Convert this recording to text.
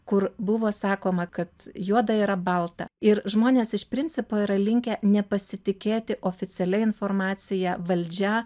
kur buvo sakoma kad juoda yra balta ir žmonės iš principo yra linkę nepasitikėti oficialia informacija valdžia